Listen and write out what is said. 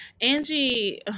Angie